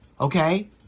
Okay